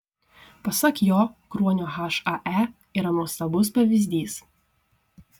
pasak jo kruonio hae yra nuostabus pavyzdys